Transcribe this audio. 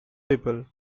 people